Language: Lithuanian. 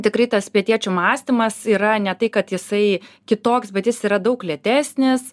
tikrai tas pietiečių mąstymas yra ne tai kad jisai kitoks bet jis yra daug lėtesnis